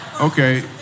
Okay